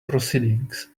proceedings